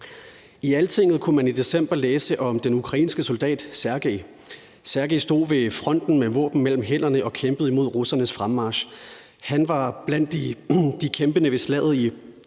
I Altinget kunne man i december læse om den ukrainske soldat Sergey. Sergey stod ved fronten med våben mellem hænderne og kæmpede imod russernes fremmarch. Han var blandt de kæmpende ved slaget i